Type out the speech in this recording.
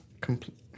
complete